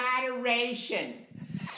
moderation